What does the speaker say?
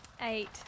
Eight